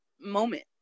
moment